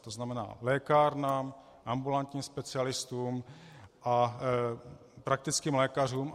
To znamená lékárnám, ambulantním specialistům a praktickým lékařům.